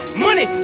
money